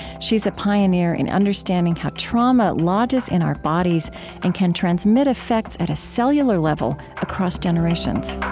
she's a pioneer in understanding how trauma lodges in our bodies and can transmit effects at a cellular level, across generations